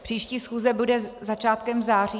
Příští schůze bude začátkem září.